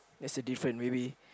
that's the different maybe